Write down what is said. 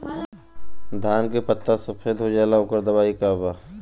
धान के पत्ता सफेद हो जाला ओकर दवाई का बा?